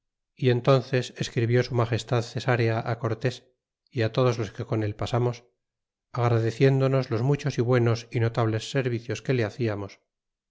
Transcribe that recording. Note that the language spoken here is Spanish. y entónces escribió su magestad cesarea cortés é todos los que con él pasamos agradeciéndonos los muchos y buenos é notables servicios que le hacíamos